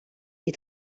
est